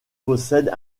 possède